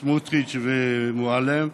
סמוטריץ ומועלם,